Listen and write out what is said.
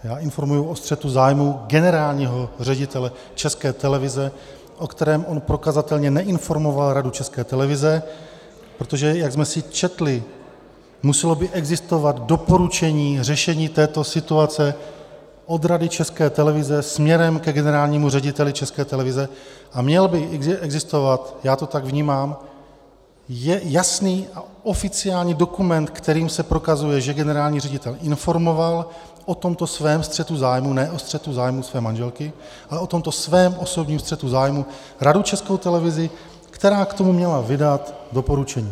Já informuji o střetu zájmů generálního ředitele České televize, o kterém on prokazatelně neinformoval Radu České televize, protože jak jsme si četli, muselo by existovat doporučení řešení této situace od Rady České televize směrem ke generálnímu řediteli České televize a měl by existovat, já to tak vnímám, jasný a oficiální dokument, kterým se prokazuje, že generální ředitel informoval o tomto svém střetu zájmů ne o střetu zájmů své manželky, ale o tomto svém osobním střetu zájmů Radu České televize, která k tomu měla vydat doporučení.